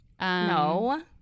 No